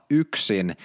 yksin